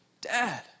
dad